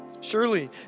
Surely